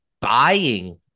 buying